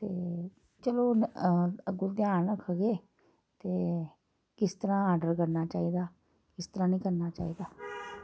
ते चलो हून अग्गें बी ध्यान रखगे ते किस तरह आर्डर करना चाहिदा किस तरह निं करना चाहिदा